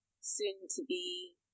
soon-to-be